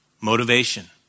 Motivation